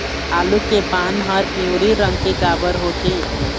आलू के पान हर पिवरी रंग के काबर होथे?